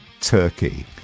Turkey